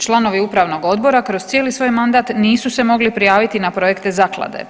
Članovi upravnog odbora kroz cijeli svoj mandat nisu se mogli prijaviti na projekte zaklade.